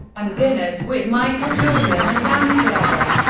and dinners with michael jordan and danny glover.